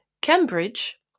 Cambridge